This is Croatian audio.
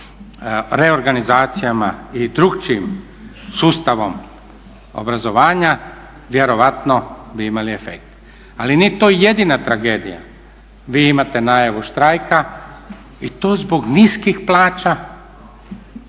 za reorganizacijama i drukčijim sustavom obrazovanja vjerovatno bi imale efekte. Ali nije to jedina tragedija, vi imate najavu štrajka i to zbog niskih plaća